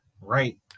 right